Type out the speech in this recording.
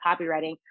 copywriting